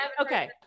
Okay